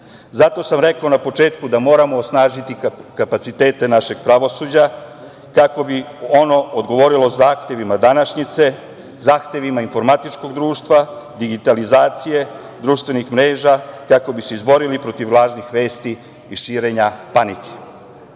sam rekao na početku da moramo osnažiti kapacitete našeg pravosuđa kako bi ono odgovorilo zahtevima današnjice, zahtevima informatičkog društva, digitalizacije društvenih mreža, kako bi se izborili protiv lažnih vesti i širenja